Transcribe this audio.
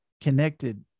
connected